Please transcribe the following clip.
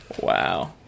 Wow